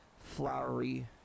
flowery